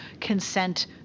consent